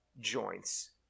joints